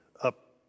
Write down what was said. up